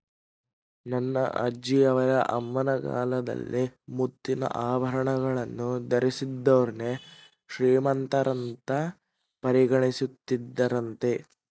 ನನ್ನ ಅಜ್ಜಿಯವರ ಅಮ್ಮನ ಕಾಲದಲ್ಲಿ ಮುತ್ತಿನ ಆಭರಣವನ್ನು ಧರಿಸಿದೋರ್ನ ಶ್ರೀಮಂತರಂತ ಪರಿಗಣಿಸುತ್ತಿದ್ದರಂತೆ